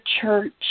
church